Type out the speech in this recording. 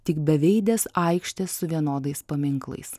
tik beveidės aikštės su vienodais paminklais